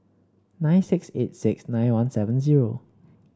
nine six eight six nine one seven zero